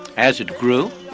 as it grew,